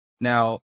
Now